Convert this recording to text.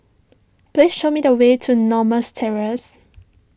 please show me the way to Normas Terrace